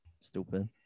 Stupid